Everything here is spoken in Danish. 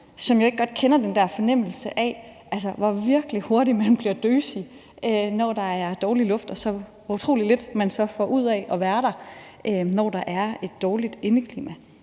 godt kender den der fornemmelse af, hvor virkelig hurtigt man bliver døsig, når der er dårlig luft, og hvor utrolig lidt, man så får ud af at være der, når der er et dårligt indeklima.